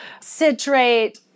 citrate